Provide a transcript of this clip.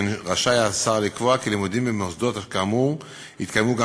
כן רשאי השר לקבוע כי לימודים במוסדות כאמור יתקיימו גם